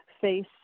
face